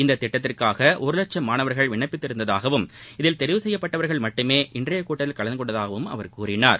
இந்த திட்டத்திற்காக ஒரு லட்சம் மாணவர்கள் விண்ணப்பித்திருந்ததாகவும் இதில் தெரிவு செய்யப்பட்டவர்கள் மட்டுமே இன்றைய கூட்டத்தில் கலந்துகொண்டதாகவும் அவர் கூறினார்